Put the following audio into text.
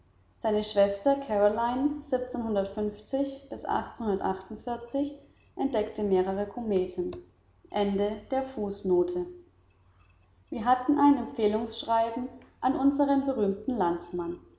seine schwester kämen wir hatten ein empfehlungsschreiben an unseren berühmten landsmann